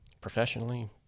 professionally